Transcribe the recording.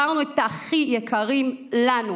שבו קברנו את הכי יקרים לנו.